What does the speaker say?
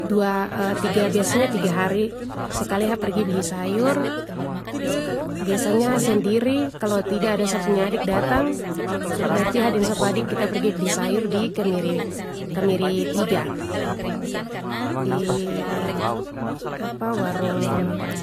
Dua tiga biasanya tiga hari sekali ha pergi beli sayur, biasanya a sendiri kalo tidak ada sa punya adik datang, berarti ha deng sa pu adik kita pergi sayur di kemiri-kemiri tiga, di warung,